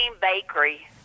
Bakery